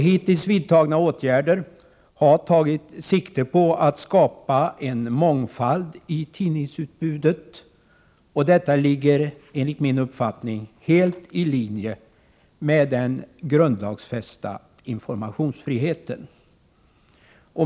Hittills vidtagna åtgärder har tagit sikte på att skapa en mångfald i tidningsutbudet, och detta ligger enligt min uppfattning helt i linje med den grundlagsfästa informationsfriheten.